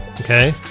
Okay